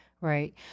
Right